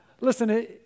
Listen